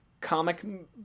comic